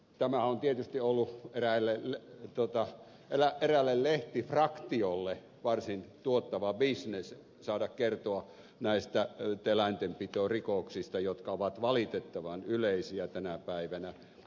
tämähän on tietysti ollut eräälle lehtifraktiolle varsin tuottava bisnes saada kertoa näistä eläintenpitorikoksista jotka ovat valitettavan yleisiä tänä päivänä